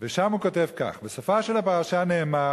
ושם הוא כותב כך: "בסופה של הפרשה נאמר